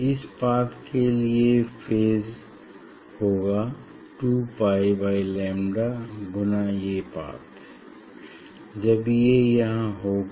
इस पाथ के लिए फेज होगा 2 पाई बाई लैम्डा गुणा ये पाथ जब ये यहाँ होगा